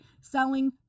selling